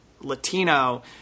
Latino